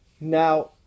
Now